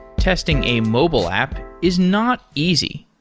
testing a mobile app is not easy.